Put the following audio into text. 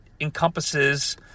encompasses